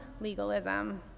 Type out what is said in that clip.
legalism